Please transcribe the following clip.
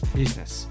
business